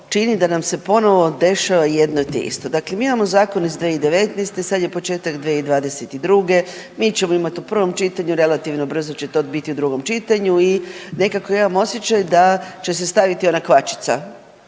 čini da nam se ponovno dešava jedno te isto. Dakle, mi imamo zakon iz 2019. Sad je početak 2022. Mi ćemo imati u prvom čitanju, relativno brzo će to biti u drugom čitanju i nekako imam osjećaj da će se staviti ona kvačica.